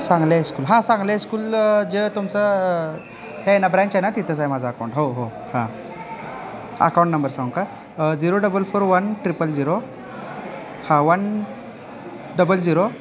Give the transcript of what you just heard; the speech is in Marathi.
सांगली हायस्कूल हां सांगली हायस्कूल जे तुमचं हे आहे ना ब्रँच आहे ना तिथंच आहे माझं अकाऊंट हो हो हां अकाऊंट नंबर सांगू का zero double four one triple zero हां वन डबल झिरो